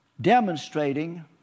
demonstrating